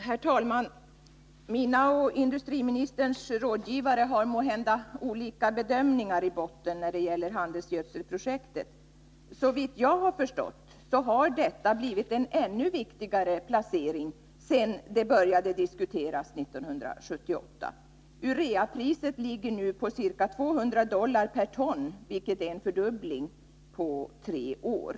Herr talman! Mina och industriministerns rådgivare har måhända olika bedömningar i botten när det gäller handelsgödselprojektet. Såvitt jag har förstått har frågan om placeringen blivit ännu viktigare sedan den började diskuteras 1978. Ureapriset ligger nu på ca 200 dollar per ton, vilket är en fördubbling på tre år.